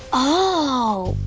oh!